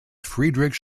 friedrich